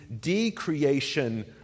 de-creation